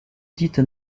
dite